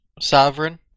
Sovereign